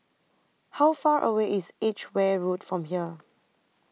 How Far away IS Edgeware Road from here